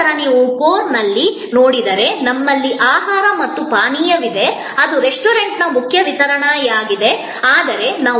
ನಂತರ ನೀವು ಕೋರ್ನಲ್ಲಿ ನೋಡಿದರೆ ನಮ್ಮಲ್ಲಿ ಆಹಾರ ಮತ್ತು ಪಾನೀಯವಿದೆ ಅದು ರೆಸ್ಟೋರೆಂಟ್ನ ಮುಖ್ಯ ವಿತರಣೆಯಾಗಿದೆ